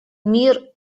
мир